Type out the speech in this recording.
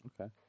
Okay